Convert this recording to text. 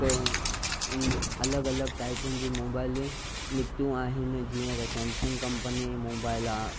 कई अलॻि अलॻि टाइपनि जी मोबाइल निकितियूं आहिनि जीअं त सैमसंग कंपनीअ मोबाइल आहे